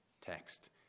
text